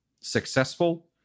Successful